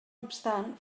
obstant